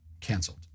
canceled